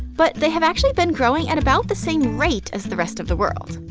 but they have actually been growing at about the same rate as the rest of the world.